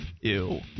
Ew